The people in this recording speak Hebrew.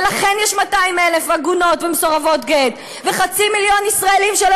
ולכן יש 200,000 עגונות ומסורבות גט וחצי מיליון ישראלים שלא